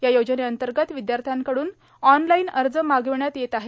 या योजनेंतर्गत विद्यार्थ्यांकडून ऑनलाईन अर्ज मागविण्यात येत आहेत